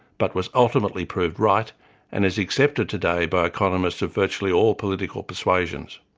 but was ultimately proved right and is accepted today by economists of virtually all political persuasions.